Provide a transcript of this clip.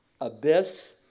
abyss